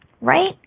Right